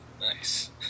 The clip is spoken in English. Nice